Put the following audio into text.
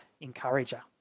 encourager